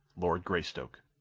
lord greystoke.